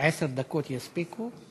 עשר דקות יספיקו?